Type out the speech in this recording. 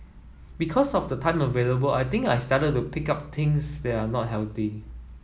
because of the time available I think I started to pick up things that are not healthy